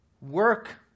work